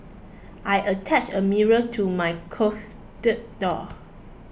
I attached a mirror to my closet door